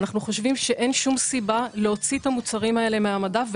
אנחנו חושבים שאין שום סיבה להוציא את המוצרים האלה מהמדף,